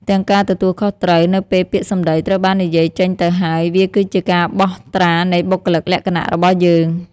ទាំងការទទួលខុសត្រូវ នៅពេលពាក្យសម្ដីត្រូវបាននិយាយចេញទៅហើយ វាគឺជាការបោះត្រានៃបុគ្គលិកលក្ខណៈរបស់យើង។